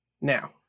Now